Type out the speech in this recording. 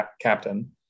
captain